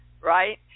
Right